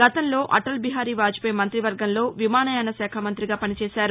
గతంలో అటల్ బీహరీ వాజ్పేయి మంతివర్గంలో విమానయాన శాఖ మంత్రిగా పనిచేశారు